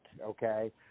Okay